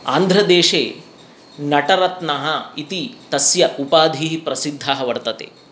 आन्ध्रदेशे नटरत्नः इति तस्य उपाधिः प्रसःद्धा वर्तते